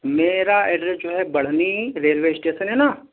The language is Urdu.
میرا ایڈریس جو ہے بڑھنی ریلوے اشٹیسن ہے نا